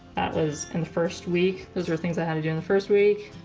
that was in the first week, those are things i had to do in the first week,